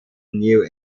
new